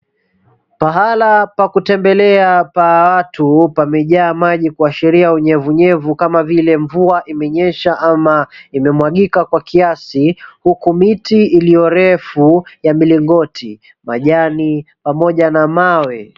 Pahala pa kutembelea pa watu pamejaa maji kuashiria unyevunyevu kama vile mvua imenyesha ama imemwagika kwa kiasi huku miti iliyo refu ya milingoti, majani, pamoja na mawe.